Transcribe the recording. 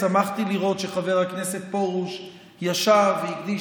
שמחתי לראות שחבר הכנסת פרוש ישב והקדיש